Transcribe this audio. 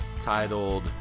titled